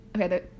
okay